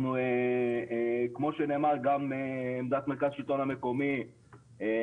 אנחנו כמו שנאמר גם עמדת מרכז שילטון המקומי